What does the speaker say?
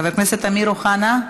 חבר הכנסת אמיר אוחנה,